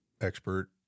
expert